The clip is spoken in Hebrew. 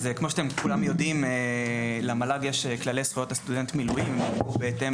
אז כמו שאתם כולם יודעים למל"ג יש כללי זכויות לסטודנט מילואים בהתאם